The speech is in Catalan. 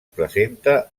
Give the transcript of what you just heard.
presenta